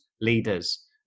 leaders